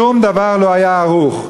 שום דבר לא היה ערוך.